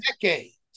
Decades